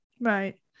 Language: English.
right